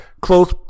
close